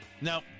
no